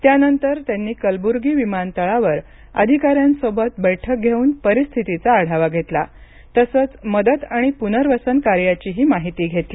त्यांनतर त्यांनी कलबुर्गी विमानतळावर अधिकाऱ्यांसोबत बैठक घेऊन परिस्थितीचा आढावा घेतला तसंच मदत आणि पुनर्वसन कार्याची माहिती घेतली